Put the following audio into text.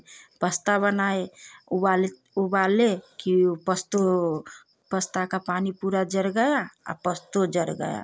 pasta बनाए उबाले उबाले कि वह पस्तो पस्ता का पानी पूरा जल गया और पस्तो जल गया